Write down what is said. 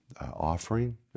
offering